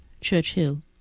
CHURCH-HILL